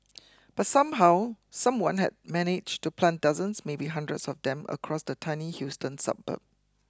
but somehow someone had managed to plant dozens maybe hundreds of them across the tiny Houston suburb